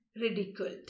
ridiculed